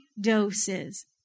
doses